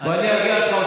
אני אגיד לך,